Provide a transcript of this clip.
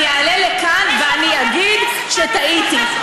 אני אעלה לכאן ואני אגיד שטעיתי.